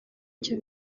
icyo